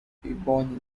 ebony